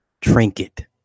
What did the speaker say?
trinket